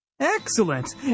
Excellent